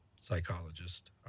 psychologist